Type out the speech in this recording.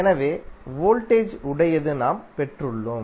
எனவே வோல்டேஜ் உடையது நாம் பெற்றுள்ளோம்